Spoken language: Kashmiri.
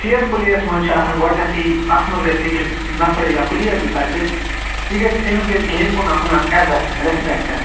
فِیَر پٕلے یَس منٛز چھِ آسان گۄڈٕنٮ۪تھٕے اَتھ منٛز گَژھِ أکِس نفرٕ یا پٕلیَر یُس آسہِ یہِ گَژھِ أمِس گَژھِ گیمہِ کُن آسُن اکھ عزتھ رٮ۪سپٮ۪کٹ